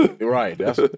Right